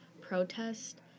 protest